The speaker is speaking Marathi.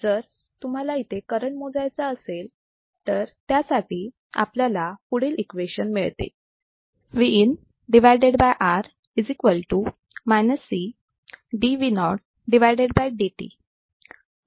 जर तुम्हाला इथे करंट मोजायचा असेल तर त्यासाठी आपल्याला पुढील इक्वेशन मिळेल